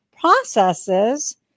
processes